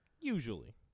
Usually